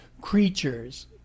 creatures